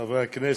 חברי הכנסת,